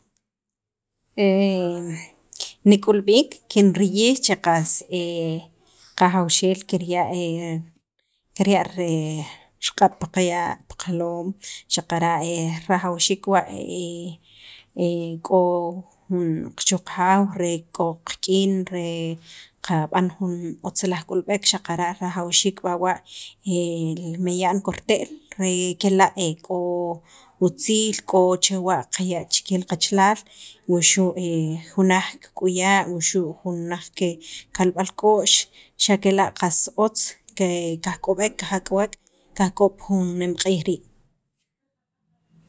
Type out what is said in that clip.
nik'ulb'iik kinriyij che qas qajawxeel kirya' riqab' pi qaya' pi qajaloom xaqara' rajawxiik wa k'o jun chu qajaaw k'o qak'in qab'an jun otzalaj k'ulb'ek xaqara' rajawxiik b'awa' e li meyan korte'l kela' k'o utziil, k'o chewa' qaya' chel qachalaal, wuxu' jun laj kik'uya', jun naj kikalb'al k'o'x xa' kela' otz kajk'ob' kajak'uwek, kajk'ob' pi jun nemq'iij rii'.